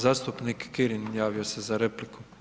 Zastupnik Kirin javio se za repliku.